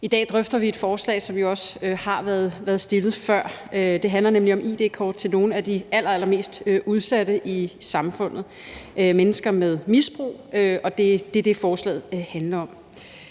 I dag drøfter vi et forslag, som jo også har været fremsat før. Det handler om id-kort til nogle af de allerallermest udsatte i samfundet: mennesker med misbrug. Og det er det, forslaget handler om.